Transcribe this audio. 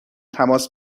تماس